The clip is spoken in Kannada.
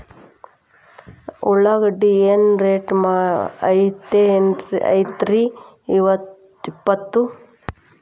ಉಳ್ಳಾಗಡ್ಡಿ ಏನ್ ರೇಟ್ ಐತ್ರೇ ಇಪ್ಪತ್ತು?